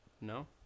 No